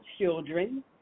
children